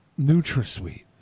NutraSweet